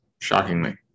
shockingly